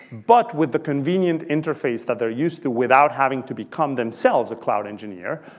but with the convenient interface that they're used to without having to become themselves a cloud engineer.